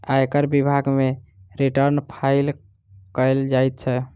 आयकर विभाग मे रिटर्न फाइल कयल जाइत छै